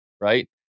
right